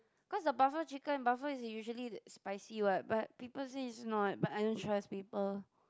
cause the buffalo chicken buffalo is usually spicy what but people say it's not but I don't trust people